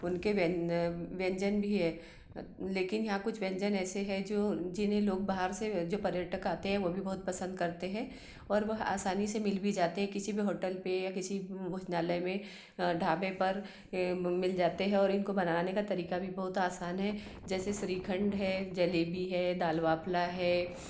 उनके व्यन व्यंजन भी हैं लेकिन यहाँ कुछ व्यंजन ऐसे है जो जिन्हें लोग बाहर से जो पर्यटक आते हैं वो भी बहुत पसंद करते हैं और वह आसानी से मिल भी जाते हैं किसी भी होटल पर या किसी भोजनालय में ढाबे पर मिल जाते हैं और इनको बनाने का तरीका भी बहुत आसान है जैसे श्रीखंड है जलेबी है दाल वाफला है